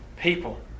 People